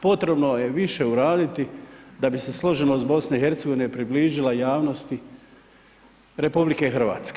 Potrebno je više uraditi da bi se složenost BiH približila javnosti RH.